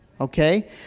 okay